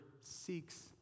seeks